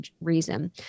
reason